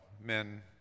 men